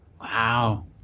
Wow